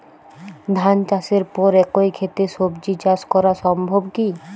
ধান চাষের পর একই ক্ষেতে সবজি চাষ করা সম্ভব কি?